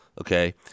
Okay